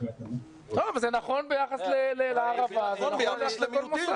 זה נכון ביחס לערבה, זה נכון ביחס לכל מוסד.